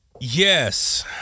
yes